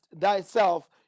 thyself